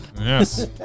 Yes